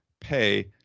pay